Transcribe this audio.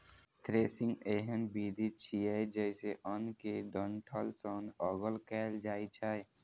threshing एहन विधि छियै, जइसे अन्न कें डंठल सं अगल कैल जाए छै